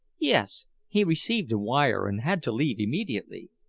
yes. he received a wire, and had to leave immediately.